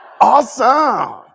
Awesome